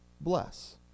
Bless